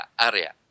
area